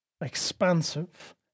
expansive